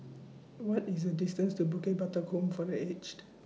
What IS The distance to Bukit Batok Home For The Aged